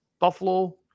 Buffalo